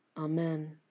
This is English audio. Amen